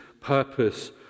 purpose